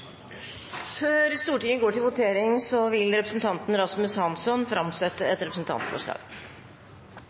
Før Stortinget går til votering, vil representanten Rasmus Hansson framsette et representantforslag.